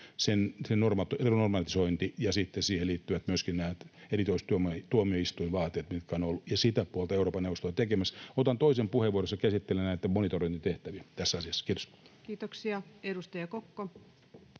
sen normalisointi, ja myöskin nämä siihen liittyvät erikoistuomioistuinvaateet, mitä on ollut, ja sitä puolta Euroopan neuvosto on tekemässä. Otan toisen puheenvuoron, jossa käsittelen näitä monitorointitehtäviä tässä asiassa. — Kiitos. [Speech 161]